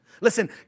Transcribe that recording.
Listen